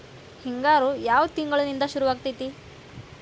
ಹಿಂಗಾರು ಯಾವ ತಿಂಗಳಿನಿಂದ ಶುರುವಾಗತೈತಿ?